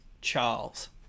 Charles